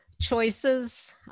choices